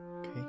Okay